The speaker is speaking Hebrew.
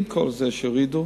עם כל זה שהורידו,